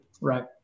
Right